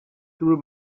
through